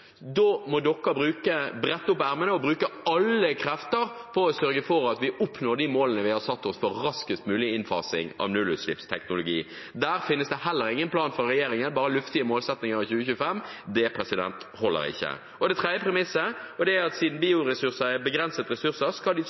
brette opp ermene og bruke alle krefter på å sørge for at vi oppnår de målene vi har satt oss for raskest mulig innfasing av nullutslippsteknologi. Der finnes det heller ingen plan fra regjeringen, bare luftige målsettinger for 2025. Det holder ikke. Det tredje premisset er: Siden bioressurser er